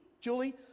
Julie